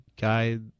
guide